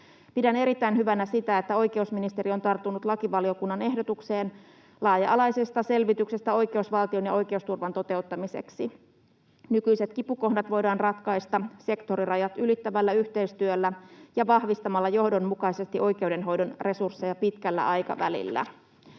Pidän erittäin hyvänä sitä, että oikeusministeri on tarttunut lakivaliokunnan ehdotukseen laaja-alaisesta selvityksestä oikeusvaltion ja oikeusturvan toteuttamiseksi. Nykyiset kipukohdat voidaan ratkaista sektorirajat ylittävällä yhteistyöllä ja vahvistamalla johdonmukaisesti oikeudenhoidon resursseja pitkällä aikavälillä.